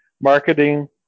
Marketing